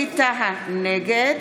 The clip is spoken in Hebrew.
נגד